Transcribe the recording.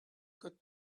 good